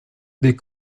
des